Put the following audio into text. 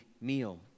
meal